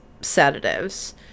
sedatives